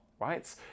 right